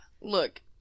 Look